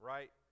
Right